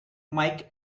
mike